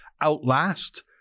outlast